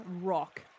rock